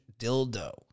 dildo